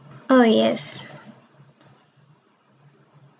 oh yes